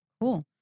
Cool